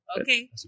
Okay